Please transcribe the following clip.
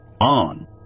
On